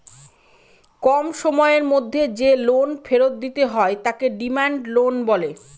কম সময়ের মধ্যে যে লোন ফেরত দিতে হয় তাকে ডিমান্ড লোন বলে